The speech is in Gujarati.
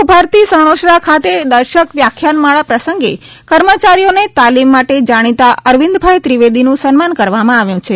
લોકભારતી સણોસરા ખાતે દર્શક વ્યાખ્યાનમાળા પ્રસંગે કર્મચારીઓને તાલિમ માટે જાણીતા અરવિંદભાઈ ત્રિવેદીનું સન્માન કરવામાં આવ્યું છે